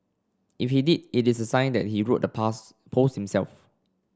if he did it is sign that he wrote the pass post himself